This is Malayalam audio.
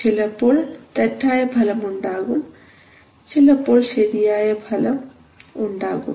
ചിലപ്പോൾ തെറ്റായ ഫലം ഉണ്ടാകും ചിലപ്പോൾ ശരിയായ ഫലം ഉണ്ടാകും